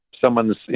someone's